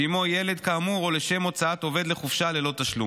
שעימו ילד כאמור או לשם הוצאת עובד לחופשה ללא תשלום.